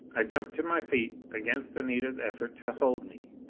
i jumped to my feet, against anita's effort to hold me.